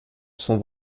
sont